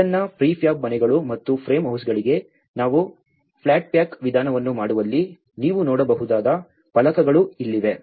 ಬ್ರಿಟನ್ನ ಪ್ರಿಫ್ಯಾಬ್ ಮನೆಗಳು ಮತ್ತು ಫ್ರೇಮ್ ಹೌಸ್ಗಳಿಗೆ ನಾವು ಫ್ಲಾಟ್ ಪ್ಯಾಕ್ ವಿಧಾನವನ್ನು ಮಾಡುವಲ್ಲಿ ನೀವು ನೋಡಬಹುದಾದ ಫಲಕಗಳು ಇಲ್ಲಿವೆ